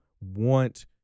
want